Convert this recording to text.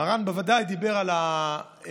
מרן בוודאי דיבר הוא הכשיר,